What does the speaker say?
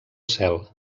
cel